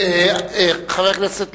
חבר הכנסת ליצמן,